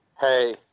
hey